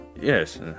Yes